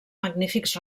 magnífics